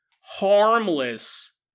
harmless